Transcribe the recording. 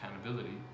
accountability